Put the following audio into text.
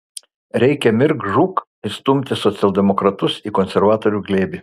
reikia mirk žūk įstumti socialdemokratus į konservatorių glėbį